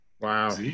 Wow